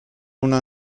una